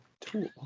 Tool